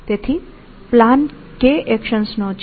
તેથી plan k actions નો છે